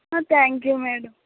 thank you madam